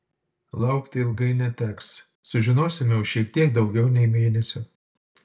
laukti ilgai neteks sužinosime už šiek tiek daugiau nei mėnesio